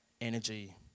energy